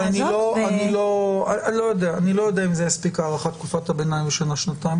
אני לא יודע אם תספיק הארכת תקופת הביניים לשנה-שנתיים.